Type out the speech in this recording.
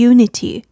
Unity